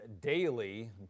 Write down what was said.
daily